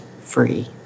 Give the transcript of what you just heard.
free